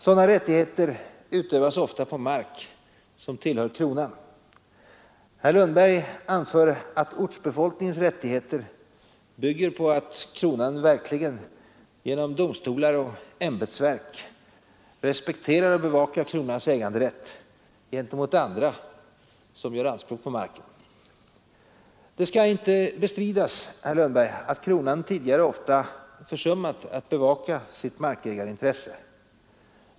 Sådana rättigheter utövas ofta på mark som tillhör kronan. Herr Lundberg anför att ortsbefolkningens rättigheter bygger på att kronan verkligen genom domstolar och ämbetsverk respekterar och bevakar kronans äganderätt gentemot andra som gör anspråk på marken. Det skall inte bestridas att kronan tidigare ofta försummat att bevaka sitt markägarintresse.